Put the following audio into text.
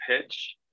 pitch